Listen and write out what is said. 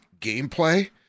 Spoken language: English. gameplay